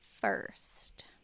first